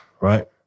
right